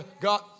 God